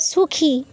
সুখী